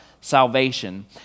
salvation